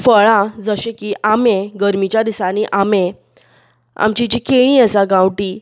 फळां जशें की आंबे गरमेच्या दिसांनी आंबे आमचीं जीं केळीं आसात गांवठी